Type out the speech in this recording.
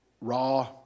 raw